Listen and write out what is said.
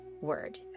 word